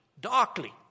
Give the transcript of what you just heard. darkly